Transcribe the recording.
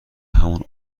همون